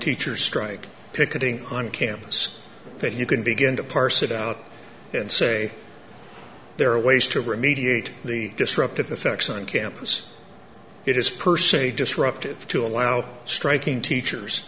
teacher strike picketing on campus that you can begin to parse it out and say there are ways to remediate the disruptive effects on campus it is per se disruptive to allow striking teachers